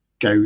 go